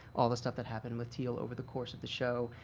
all the stuff that happened with teal over the course of the show.